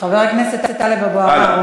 חבר הכנסת טלב אבו עראר,